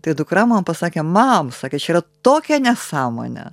tai dukra man pasakė mam sakė čia yra tokią nesąmonę